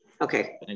Okay